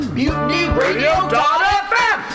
mutinyradio.fm